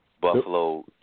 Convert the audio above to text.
Buffalo